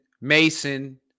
Mason